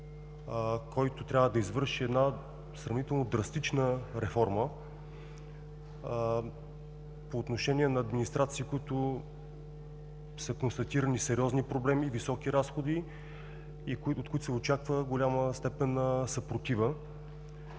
който трябва да извърши една сравнително драстична реформа по отношение на администрации, в които са констатирани сериозни проблеми, високи разходи и от които се очаква голяма степен на съпротива.